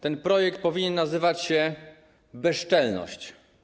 Ten projekt powinien nazywać się: bezczelność.